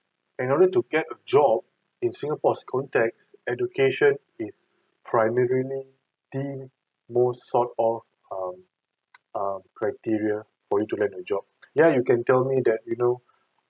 in order to get a job in singapore's context education is primarily deemed more sort of um uh criteria for you to make a job you know you can tell me that you know